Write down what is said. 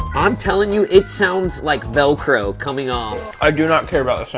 i'm telling you, it sounds like velcro coming off. i do not care about